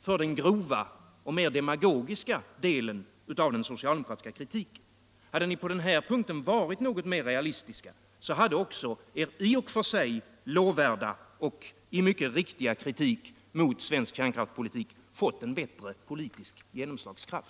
för den grova och demagogiska delen av den socialdemokratiska kritiken. Hade ni på den här punkten varit mer realistiska, så hade också er i och för sig lovvärda och mycket riktiga kritik mot svensk kärnkraft fått en bättre genomslagskraft.